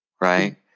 right